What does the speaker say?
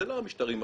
זה לא משטרים אפלים.